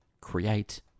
create